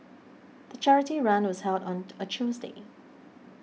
the charity run was held on a Tuesday